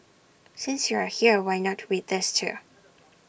since you are here why not read these too